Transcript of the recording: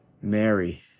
Mary